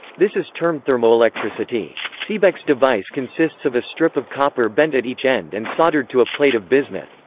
this is termed thermoelectricity. seebeck's device consists of a strip of copper bent at each end and soldered to a plate of bismuth.